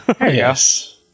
Yes